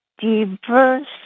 diverse